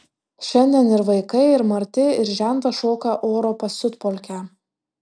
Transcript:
šiandien ir vaikai ir marti ir žentas šoka oro pasiutpolkę